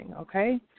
okay